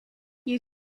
you